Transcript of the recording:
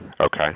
Okay